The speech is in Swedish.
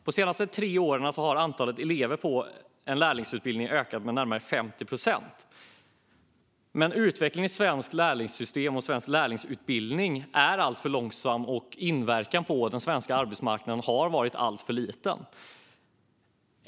De senaste tre åren har antalet elever på lärlingsutbildningar ökat med närmare 50 procent. Men utvecklingen i det svenska lärlingssystemet och den svenska lärlingsutbildningen går alltför långsamt, och inverkan på den svenska arbetsmarknaden har varit alltför liten.